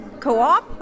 co-op